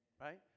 right